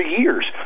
years